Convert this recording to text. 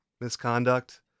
misconduct